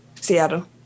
Seattle